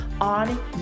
on